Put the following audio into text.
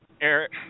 Eric